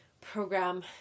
program